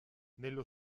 nello